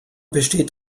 besteht